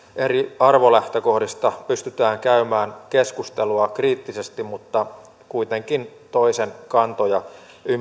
eri arvolähtökohdista pystytään käymään keskustelua kriittisesti mutta kuitenkin toisen kantoja